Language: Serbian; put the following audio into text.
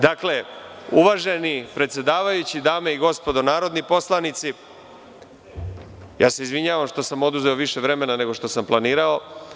Dakle uvaženi predsedavajući, dame i gospodo narodni poslanici, izvinjavam se što sam oduzeo više vremena nego što sam planirao.